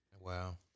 Wow